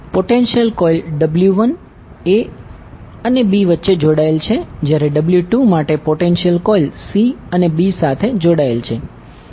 તેથી potential coil W1 a અને b વચ્ચે જોડાયેલ છે જયારે W2 માટે પોટેન્શિયલ કોઇલ c અને b સાથે જોડાયેલ છે